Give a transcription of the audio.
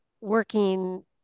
working